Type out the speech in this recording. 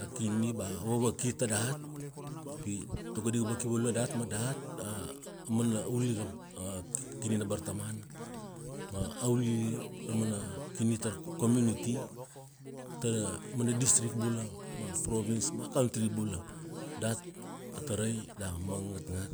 A kini ba vavakai tadat, pi tago di ga vaki value dat ma dat aumana auli ra kini na bartamana, ma auli ra umana kini tara kominiti, tara mana distrrik bula ma provins ma country bula, dat a tarai da manga ngatngat